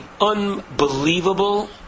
unbelievable